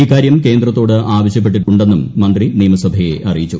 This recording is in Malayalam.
ഇക്കാര്യം കേന്ദ്രത്തോട് ആവശ്യപ്പെട്ടിട്ടുണ്ടെന്നും മന്ത്രി നിയമസഭയെ അറിയിച്ചു